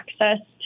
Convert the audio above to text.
access